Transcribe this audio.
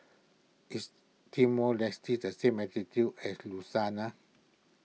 is Timor Leste the same latitude as